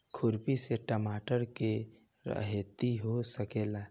खुरपी से टमाटर के रहेती हो सकेला?